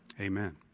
Amen